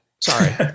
Sorry